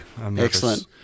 excellent